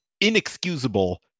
inexcusable